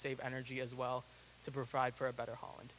save energy as well to provide for a better hol